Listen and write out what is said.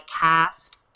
cast